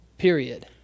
Period